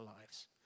lives